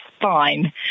fine